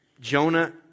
Jonah